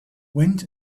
went